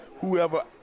whoever